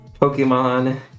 Pokemon